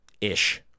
ish